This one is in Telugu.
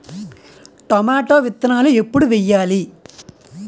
టొమాటో విత్తనాలు ఎప్పుడు వెయ్యాలి?